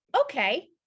okay